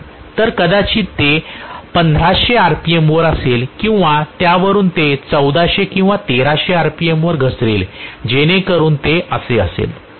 तर कदाचित ते 1500 rpmवर असेल किंवा त्यावरून ते 1400 किंवा 1300 rpm वर घसरेल जेणेकरून ते असे असेल